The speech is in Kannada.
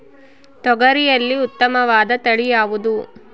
ತೊಗರಿಯಲ್ಲಿ ಉತ್ತಮವಾದ ತಳಿ ಯಾವುದು?